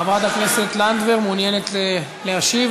חברת הכנסת לנדבר מעוניינת להשיב,